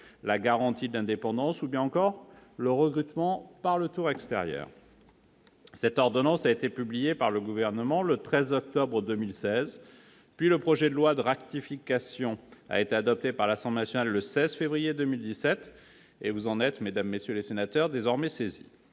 la garantie de l'indépendance ou bien encore le recrutement par le tour extérieur. Cette ordonnance a été publiée par le Gouvernement le 13 octobre 2016. Puis, le projet de loi de ratification a été adopté par l'Assemblée nationale le 16 février 2017. Vous en êtes, mesdames, messieurs les sénateurs, désormais saisis.